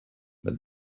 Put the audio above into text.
but